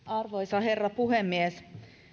arvoisa herra puhemies